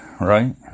right